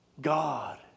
God